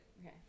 Okay